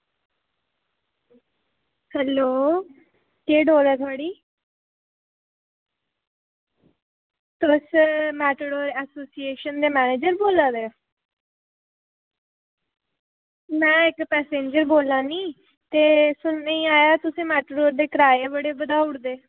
hello केह् डोल ऐ थुआढ़ी तुस मेटाडोर एसोसिएशन दे मैनेजर बोल्ला दे में इक्क पैसेंजर बोल्ला नी ते सुनने गी आया कि तुसें मेटाडोर दे किराए बड़े बधाई ओड़े दे